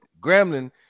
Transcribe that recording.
Gremlin